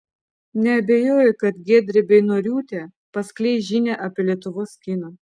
neabejoju kad giedrė beinoriūtė paskleis žinią apie lietuvos kiną